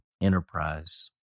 enterprise